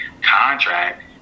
contract